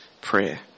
prayer